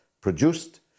produced